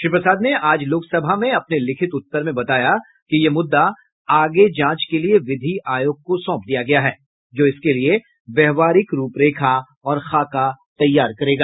श्री प्रसाद ने आज लोकसभा में अपने लिखित उत्तर में बताया कि यह मुद्दा आगे जांच के लिये विधि आयोग को सौंप दिया गया है जो इसके लिये व्यवहारिक रूपरेखा और खाका तैयार करेगा